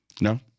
No